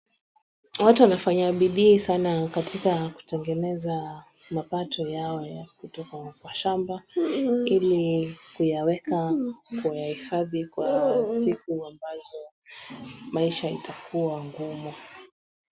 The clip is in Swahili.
Watu wanafanya bidii sana katika kutengeneza mapato yao ya kutoka kwa shamba ili kuyaweka ,kuyahifadhi kwa siku ambazo maisha itakua ngumu.